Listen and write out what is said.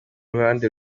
ruhande